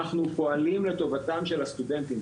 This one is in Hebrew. אנחנו פועלים לטובתם של הסטודנטים.